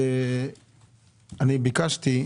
ביקשתי,